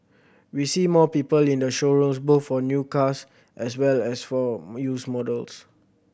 we see more people in the showrooms both for new cars as well as for used models